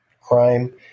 crime